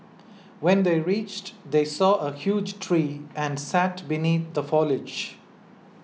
when they reached they saw a huge tree and sat beneath the foliage